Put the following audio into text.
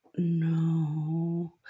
No